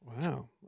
Wow